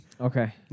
Okay